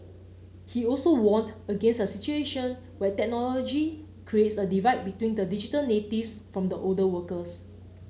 he also warned against a situation where technology creates a divide between the digital natives from the older workers